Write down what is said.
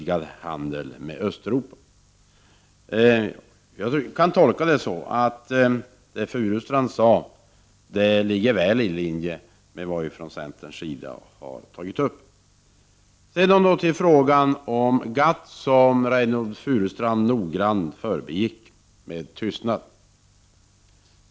Jag kan göra den tolkningen att det Reynoldh Furustrand sade ligger väl i linje med vad centern har anfört. Så till frågan om GATT, som Reynoldh Furustrand förbigick med tystnad.